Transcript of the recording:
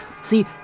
See